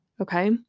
Okay